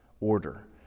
order